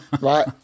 Right